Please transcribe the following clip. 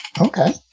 Okay